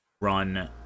run